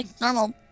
normal